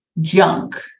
junk